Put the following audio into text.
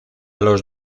los